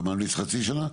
אתה ממליץ חצי שנה?